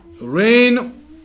Rain